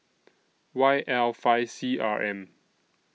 Y L five C R M